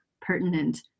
pertinent